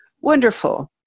Wonderful